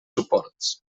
suports